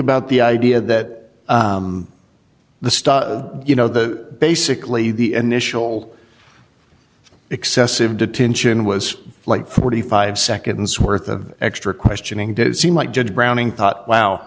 about the idea that the star you know the basically the initial excessive detention was like forty five seconds worth of extra questioning did it seem like judge browning thought wow